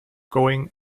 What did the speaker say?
going